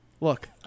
Look